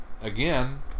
again